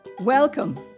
Welcome